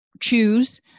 choose